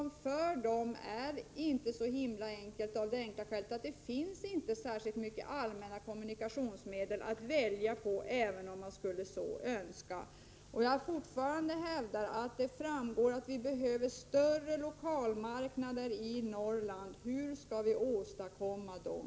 För dem är det inte så enkelt, eftersom det inte finns så många allmänna kommunikationsmedel att välja även om de så skulle vilja använda sådana. Jag hävdar fortfarande att det framgår att vi behöver större lokalmarknader i Norrland. Hur skall vi åstadkomma dem?